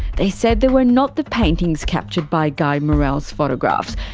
they said they were not the paintings captured by guy morel's photographs,